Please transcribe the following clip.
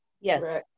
yes